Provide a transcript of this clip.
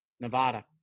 Nevada